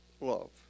love